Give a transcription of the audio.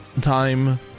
time